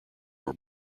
were